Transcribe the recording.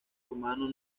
rumano